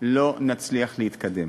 לא נצליח להתקדם.